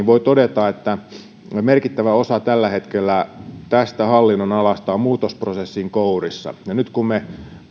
voi todeta että merkittävä osa tällä hetkellä tästä hallinnonalasta on muutosprosessin kourissa ja nyt kun me